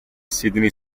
sidney